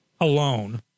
alone